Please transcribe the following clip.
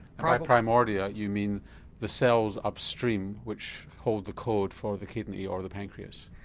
by primordia you mean the cells upstream which hold the code for the kidney or the pancreas?